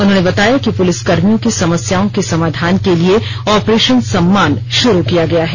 उन्होंने बताया कि पुलिसकर्भियों की समस्याओं के समाधान के लिए ऑपरेशन सम्मान शुरू किया गया है